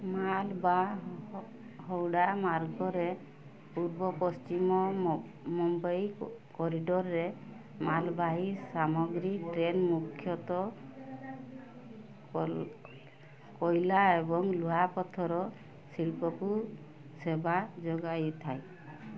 ମାଲ ବା ହୱଡ଼ା ମାର୍ଗରେ ପୂର୍ବ ପଶ୍ଚିମ ମୁମ୍ବାଇ କରିଡ଼ରରେ ମାଲବାହୀ ସାମଗ୍ରୀ ଟ୍ରେନ୍ ମୁଖ୍ୟତଃ କୋଇଲା ଏବଂ ଲୁହାପଥର ଶିଳ୍ପକୁ ସେବା ଯୋଗାଇଥାଏ